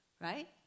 right